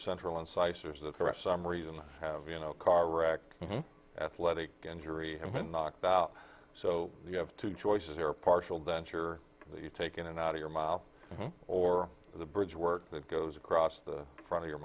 central insights or is that correct some reason have you know car wreck athletic injury when knocked out so you have two choices or partial denture that you take in and out of your mile or the bridge work that goes across the front of your